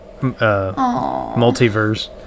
multiverse